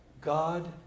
God